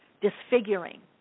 disfiguring